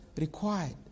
required